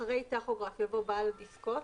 אחרי "טכוגרף" יבוא "בעל דסקות".